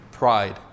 Pride